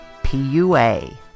PUA